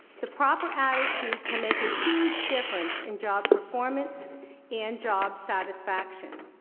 the proper attitude can make a huge difference in job performance and job satisfaction.